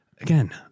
again